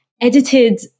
edited